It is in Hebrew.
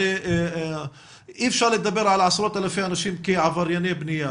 הרי אי אפשר לדבר על עשרות אלפי אנשים כעברייני בנייה,